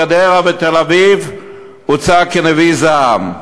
גדרה ותל-אביב הוצג כנביא זעם.